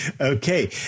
okay